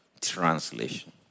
Translation